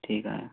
ठीक आहे